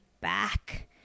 back